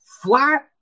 flat